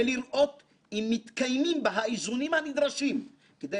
ולראות אם מתקיימים בה האיזונים הנדרשים כדי